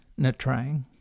Natrang